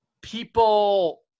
people